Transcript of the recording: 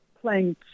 playing